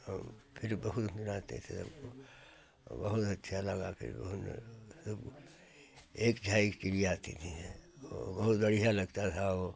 और फिर वही चुनाते थे हमको और बहुत अच्छा लगा फिर वही फिर एक साइज़ चिड़िया आती थी और बहुत बढ़िया लगता था और